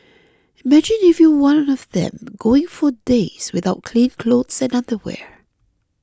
imagine if you were one of them going for days without clean clothes and underwear